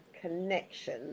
connection